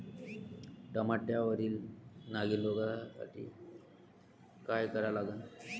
टमाट्यावरील नागीण रोगसाठी काय करा लागन?